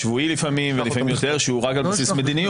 אני לא מבינה למה אי-אפשר לשאול שאלה.